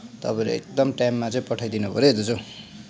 तपाईँले एकदम टाइममा चाहिँ पठाइदिनु पऱ्यो हो दाजु